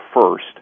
first